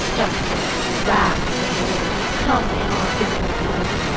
justice, wrath of the lord, come in our visible need!